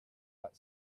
but